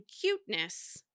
cuteness